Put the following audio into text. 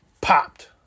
popped